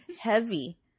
heavy